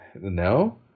no